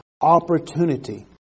opportunity